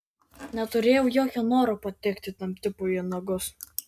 neturėjau jokio noro patekti tam tipui į nagus